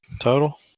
total